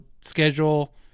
schedule